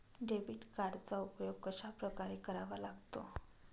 Debit कार्डचा उपयोग कशाप्रकारे करावा लागतो?